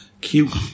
Cute